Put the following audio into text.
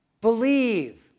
Believe